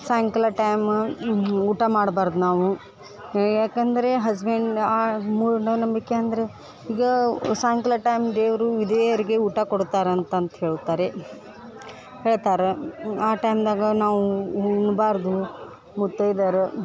ಸಾಯಂಕಾಲ ಟೈಮ್ ಊಟ ಮಾಡ್ಬಾರ್ದು ನಾವು ಏ ಯಾಕಂದರೆ ಹಸ್ಬೆಂಡ್ ಆ ಮೂಢನಂಬಿಕೆ ಅಂದರೆ ಈಗ ಸಾಯಂಕಾಲ ಟೈಮ್ ದೇವರು ವಿಧವೆಯರಿಗೆ ಊಟ ಕೊಡ್ತರೆ ಅಂತಂತ ಹೇಳುತ್ತಾರೆ ಹೇಳ್ತಾರ ಆ ಟೈಮ್ದಾಗ ನಾವು ಉಣ್ಣಬಾರ್ದು ಮುತ್ತೈದೆಯರು